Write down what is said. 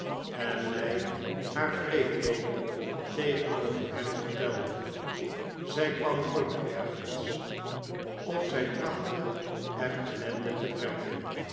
en mij haar wreedheden tegenover hem vertelde zij kwam nooit ergens of zij trachtte er ellende te brengen